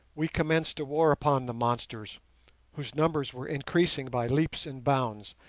we commenced a war upon the monsters whose numbers were increasing by leaps and bounds,